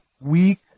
Weak